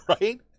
Right